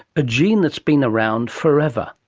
a gene that's been around for ever,